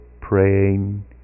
praying